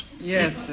Yes